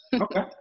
Okay